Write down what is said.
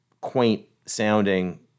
quaint-sounding